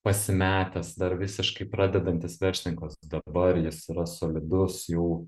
pasimetęs dar visiškai pradedantis verslininkas dabar jis yra solidus jau